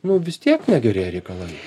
nu vis tiek negerėja reikalai